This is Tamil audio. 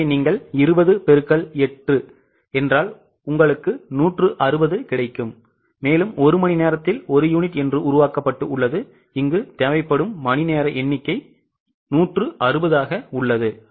எனவே நீங்கள் 20 பெருக்கல் 8 என்றால்நீங்கள்160 பெற்று 1 மணிநேரத்தில் 1 யூனிட் என்று உருவாக்கப்பட்டு உள்ளது இங்கு தேவைப்படும் மணி எண்ணிக்கை160 ஆக உள்ளது